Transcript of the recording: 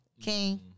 King